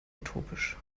utopisch